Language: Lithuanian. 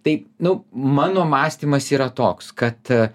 tai nu mano mąstymas yra toks kad